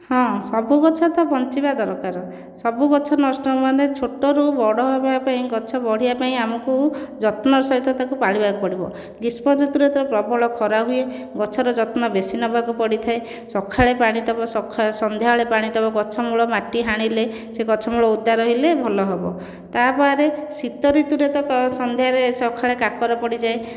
ହଁ ସବୁ ଗଛ ତ ବଞ୍ଚିବା ଦରକାର ସବୁ ଗଛ ନଷ୍ଟ ମାନେ ଛୋଟରୁ ବଡ଼ ହେବା ପାଇଁ ଗଛ ବଢ଼ିବା ପାଇଁ ଆମକୁ ଯତ୍ନର ସହିତ ତାକୁ ପାଳିବାକୁ ପଡ଼ିବ ଗ୍ରୀଷ୍ମ ଋତୁରେ ତ ପ୍ରବଳ ଖରା ହୁଏ ଗଛର ଯତ୍ନ ବେଶୀ ନେବାକୁ ପଡ଼ିଥାଏ ସକାଳେ ପାଣି ଦେବ ସନ୍ଧ୍ୟାରେ ପାଣି ଦେବ ଗଛ ମୂଳ ମାଟି ହାଣିଲେ ସେ ଗଛ ମୂଳ ଓଦା ରହିଲେ ଭଲ ହେବ ତା' ବାଦ ଶୀତ ଋତୁରେ ତ ସକାଳେ ସନ୍ଧ୍ୟାରେ ସକାଳେ କାକର ପଡ଼ିଯାଏ